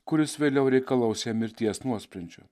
kuris vėliau reikalaus jam mirties nuosprendžio